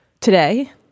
today